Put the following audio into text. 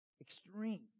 Extreme